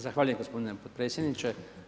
Zahvaljujem gospodine potpredsjedniče.